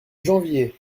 janvier